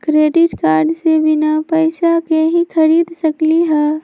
Credit card से बिना पैसे के ही खरीद सकली ह?